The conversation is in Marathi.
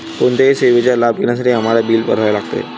कोणत्याही सेवेचा लाभ घेण्यासाठी आम्हाला बिल भरावे लागते